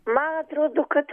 man atrodo kad